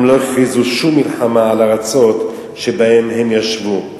הם לא הכריזו שום מלחמה על הארצות שבהן הם ישבו.